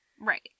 Right